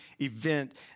event